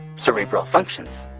cerebral functions.